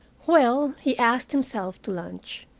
well, he asked himself to lunch,